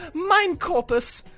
mime corpus!